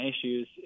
issues